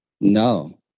No